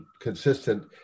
consistent